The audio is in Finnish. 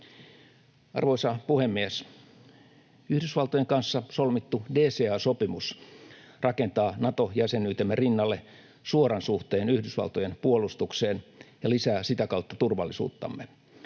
Arvoisa puhemies! Yhdysvaltojen kanssa solmittu DCA-sopimus rakentaa Nato-jäsenyytemme rinnalle suoran suhteen Yhdysvaltojen puolustukseen ja lisää sitä kautta turvallisuuttamme.